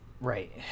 Right